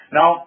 Now